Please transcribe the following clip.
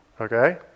Okay